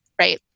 right